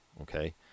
okay